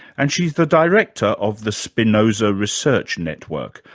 and she's the director of the spinoza research network,